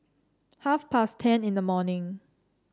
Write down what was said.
half past ten in the morning